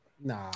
Nah